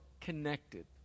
connected